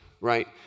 right